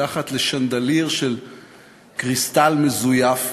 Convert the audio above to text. מתחת לשנדליר של קריסטל מזויף,